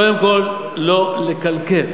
קודם כול, לא לקלקל.